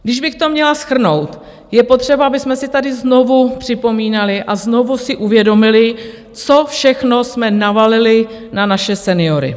Kdybych to měla shrnout, je potřeba, abychom si tady znovu připomínali a znovu si uvědomili, co všechno jsme navalili na naše seniory.